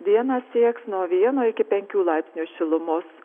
dieną sieks nuo vieno iki penkių laipsnių šilumos